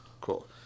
Cool